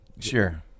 Sure